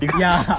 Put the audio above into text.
ya